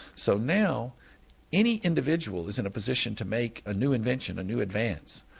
so now any individual is in a position to make a new invention, a new advance.